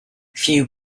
few